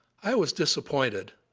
i was disappointed,